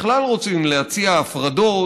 בכלל רוצים להציע הפרדות,